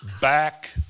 back